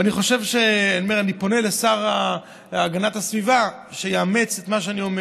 אני פונה לשר להגנת הסביבה שיאמץ את מה שאני אומר.